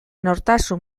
nortasun